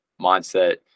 mindset